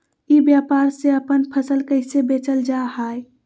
ई व्यापार से अपन फसल कैसे बेचल जा हाय?